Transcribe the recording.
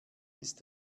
ist